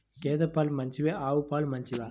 గేద పాలు మంచివా ఆవు పాలు మంచివా?